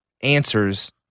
answers